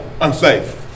unsafe